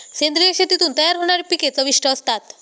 सेंद्रिय शेतीतून तयार होणारी पिके चविष्ट असतात